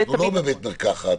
אנחנו לא בבית מרקחת.